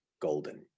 golden